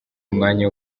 umwanya